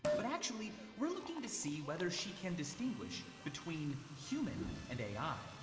but actually we're looking to see whether she can distinguish between human and a i.